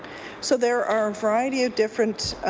so there are a variety of different